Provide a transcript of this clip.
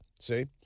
see